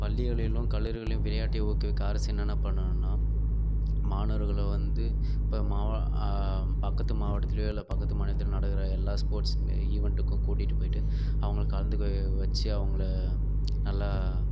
பள்ளிகளிலும் கல்லூரிகளிலும் விளையாட்டை ஊக்குவிக்க அரசு என்னென்ன பண்ணனும்ன்னா மாணவர்களை வந்து இப்போ மாவ பக்கத்து மாவட்டத்திலையோ இல்லை பக்கத்து மாநிலத்திலையோ நடக்கிற எல்லா ஸ்போர்ட்ஸ் ஈவென்ட்டுக்கும் கூட்டிகிட்டு போய்ட்டு அவர்களை கலந்துக்க வச்சு அவங்கள நல்லா